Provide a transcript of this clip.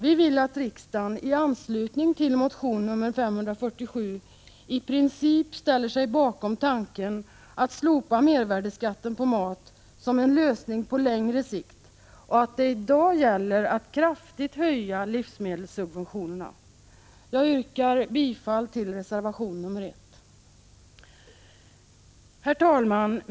Vi vill att riksdagen i anslutning till motion nr 547 i princip ställer sig bakom tanken att, som en lösning på längre sikt, slopa mervärdeskatten på mat och att det i dag gäller att kraftigt höja livsmedelssubventionerna. Jag yrkar bifall till reservation 1.